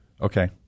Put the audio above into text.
Okay